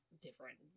different